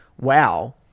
wow